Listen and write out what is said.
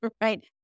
right